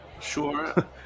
Sure